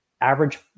average